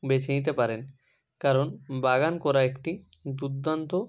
বেছে নিতে পারেন কারণ বাগান করা একটি দুর্দান্ত